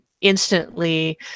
instantly